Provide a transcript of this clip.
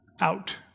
out